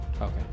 Okay